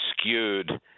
skewed